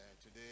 Today